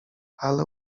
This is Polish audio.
ale